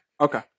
Okay